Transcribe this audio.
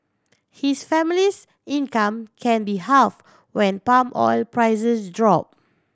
his family's income can be halve when palm oil prices drop